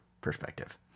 perspective